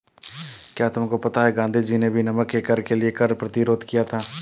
क्या तुमको पता है गांधी जी ने भी नमक के कर के लिए कर प्रतिरोध किया था